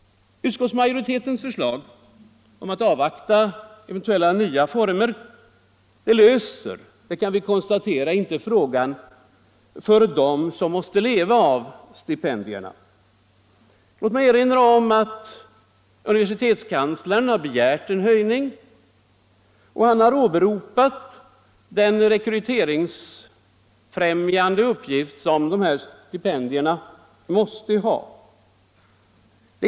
Utskottsmajoritetens förslag om att avvakta eventuella nya former löser inte — det kan vi konstatera — frågan för dem som måste leva på stipendierna. Låt mig erinra om att universitetskanslern har begärt en höjning, och han har åberopat den rekryteringsfrämjande uppgift som dessa stipendier måste ha.